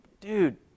Dude